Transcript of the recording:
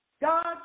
God